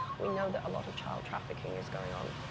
we know that a lot of child trafficking is going on,